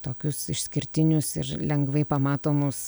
tokius išskirtinius ir lengvai pamatomus